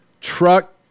truck